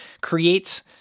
creates